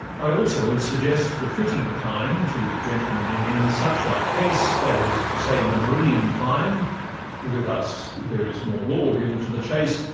i also would suggest the fitting time to gentlemen in any such like case, that is to say in a meridian clime with us there is more law given to the chase,